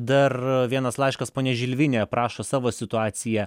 dar vienas laiškas ponia žilvinė aprašo savo situaciją